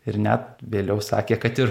ir net vėliau sakė kad ir